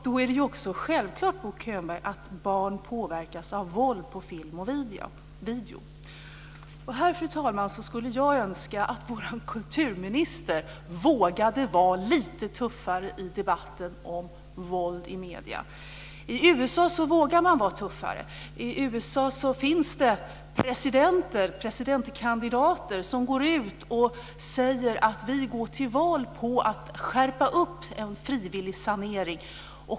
Då är det också självklart, Bo Könberg, att barn påverkas av våld på film och video. Här, fru talman, skulle jag önska att vår kulturminister vågade vara lite tuffare i debatten om våld i medierna. I USA vågar man vara tuffare. I USA finns det presidentkandidater som går ut och säger att de går till val på att skärpa en frivillig sanering.